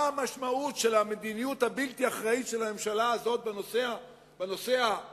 מה המשמעות של המדיניות הבלתי-אחראית של הממשלה הזאת בנושא הפלסטיני,